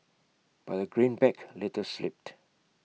but A greenback later slipped